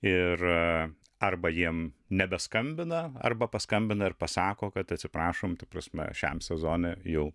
ir arba jiem nebeskambina arba paskambina ir pasako kad atsiprašom ta prasme šiam sezonui jau